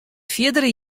fierdere